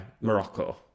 morocco